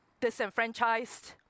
disenfranchised